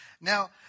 Now